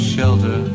shelter